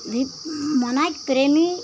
फिर मनईक प्रेमी